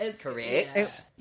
Correct